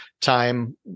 time